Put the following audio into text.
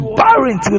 barren